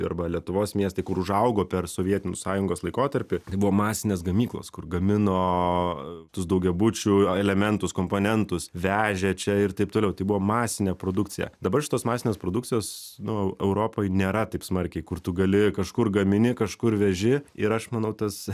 arba lietuvos miestai kur užaugo per sovietų sąjungos laikotarpį tai buvo masinės gamyklos kur gamino tuos daugiabučių elementus komponentus vežė čia ir taip toliau tai buvo masinė produkcija dabar šitos masinės produkcijos nu europoj nėra taip smarkiai kur tu gali kažkur gamini kažkur veži ir aš manau tas